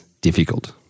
difficult